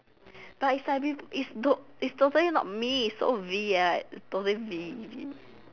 but is like is don't is totally not me is so V right is totally V